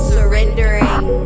Surrendering